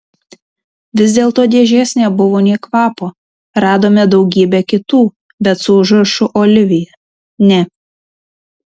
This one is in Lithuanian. vis dėlto dėžės nebuvo nė kvapo radome daugybę kitų bet su užrašu olivija ne